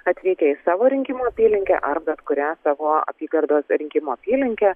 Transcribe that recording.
atvykę į savo rinkimų apylinkę ar bet kurią savo apygardos rinkimų apylinkę